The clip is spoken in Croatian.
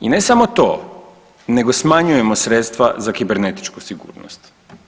I ne samo to, nego smanjujemo sredstva za kibernetiku sigurnost.